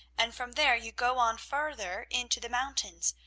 and from there you go on farther into the mountains,